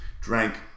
drank